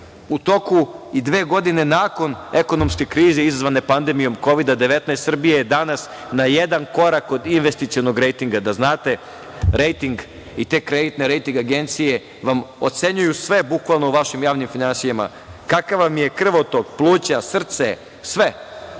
U toku i dve godine nakon ekonomske krize izazvane pandemijom Kovid-19, Srbija je danas na jedan korak od investicionog rejtinga. Da znate, rejting i te kreditne rejting agencije vam ocenjuju sve bukvalno u vašim javnim finansijama, kakav vam je krvotok, pluća, srce, sve.